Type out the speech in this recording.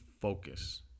focus